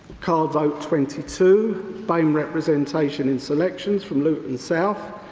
card vote twenty two, bame representation and selections from luton south,